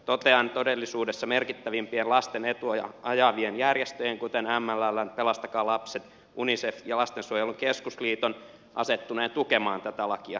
to tean todellisuudessa merkittävimpien lasten etuja ajavien järjestöjen kuten mlln pelastakaa lapset ryn unicefin ja lastensuojelun keskusliiton asettuneen tukemaan tätä lakia